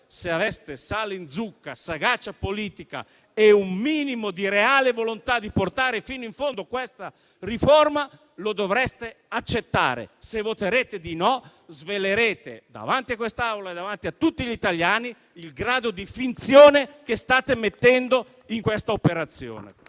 se aveste sale in zucca, sagacia politica e un minimo di reale volontà di portare fino in fondo questa riforma, lo dovreste accettare. Se voterete di no, svelerete, davanti a quest'Aula e davanti a tutti gli italiani, il grado di finzione che state mettendo in questa operazione.